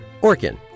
Orkin